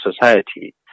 society